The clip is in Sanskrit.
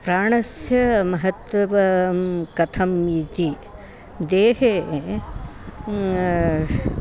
प्राणस्य महत्त्वं कथम् इति देहे